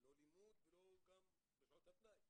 לימוד וגם לא עיסוק בשעות הפנאי.